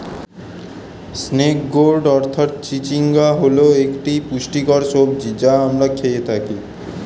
snake gourd অর্থাৎ চিচিঙ্গা হল একটি পুষ্টিকর সবজি যা আমরা খেয়ে থাকি